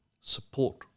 support